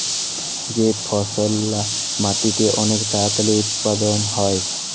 যে ফসললা মাটিতে অলেক তাড়াতাড়ি উৎপাদল হ্যয়